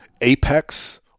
Apex